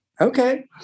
Okay